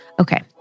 Okay